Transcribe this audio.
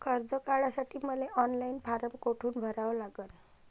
कर्ज काढासाठी मले ऑनलाईन फारम कोठून भरावा लागन?